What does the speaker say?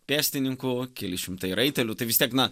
pėstininkų keli šimtai raitelių tai vis tiek na